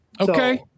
Okay